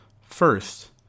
First